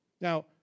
Now